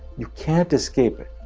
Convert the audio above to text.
you can't escape it.